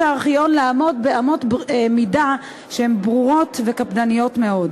הארכיון לעמוד באמות-מידה שהן ברורות וקפדניות מאוד.